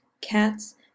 cats